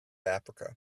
africa